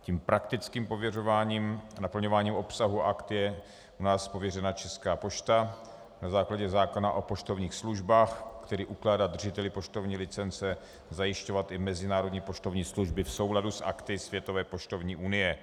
Tím praktickým pověřováním a naplňováním obsahu Akt je u nás pověřena Česká pošta na základě zákona o poštovních službách, který ukládá držiteli poštovní licence zajišťovat i mezinárodní poštovní služby v souladu s Akty Světové poštovní unie.